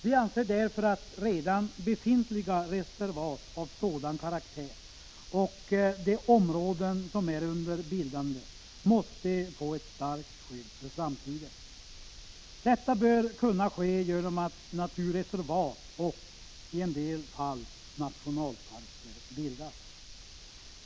Vi anser därför att redan befintliga reservat av sådan karaktär och de områden som är under bildande måste få ett starkt skydd för framtiden. Detta bör kunna ske genom att naturreservat och, i en del fall, nationalparker bildas.